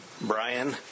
Brian